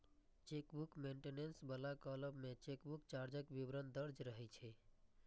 chequebook maintenance बला column मे chequebook चार्जक विवरण दर्ज रहै छै